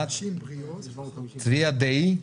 צביה דעי.